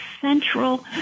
central